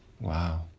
Wow